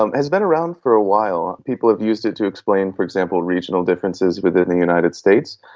um has been around for a while. people have used it to explain, for example, regional differences within the united states.